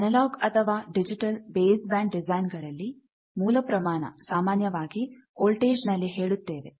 analogue ಅಥವಾ digital baseband design ಗಳಲ್ಲಿ ಮೂಲ ಪ್ರಮಾಣ ಸಾಮಾನ್ಯವಾಗಿ ವೋಲ್ಟೇಜ್ನಲ್ಲಿ ಹೇಳುತ್ತೇವೆ